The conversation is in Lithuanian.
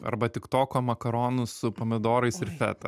arba tiktoko makaronų su pomidorais ir feta